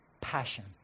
passion